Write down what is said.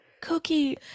cookie